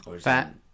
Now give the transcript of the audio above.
Fat